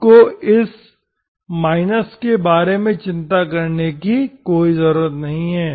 आपको इस के बारे में चिंता करने की ज़रूरत नहीं है